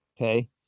okay